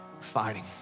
fighting